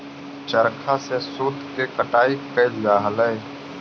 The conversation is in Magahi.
चरखा से सूत के कटाई कैइल जा हलई